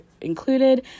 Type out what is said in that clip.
included